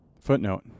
Footnote